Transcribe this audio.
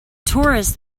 tourists